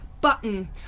button